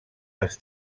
les